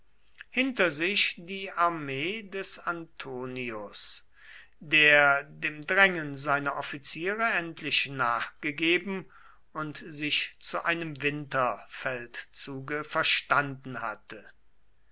hinter sich die armee des antonius der dem drängen seiner offiziere endlich nachgegeben und sich zu einem winterfeldzuge verstanden hatte